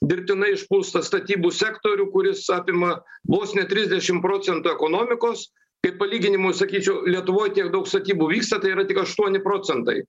dirbtinai išpūstą statybų sektorių kuris apima vos ne trisdešim procentų ekonomikos kaip palyginimui sakyčiau lietuvoj tiek daug statybų vyksta tai yra tik aštuoni procentai